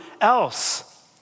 else